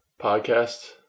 podcast